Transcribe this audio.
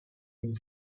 fine